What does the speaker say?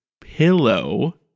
pillow